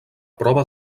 prova